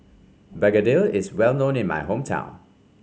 Begedil is well known in my hometown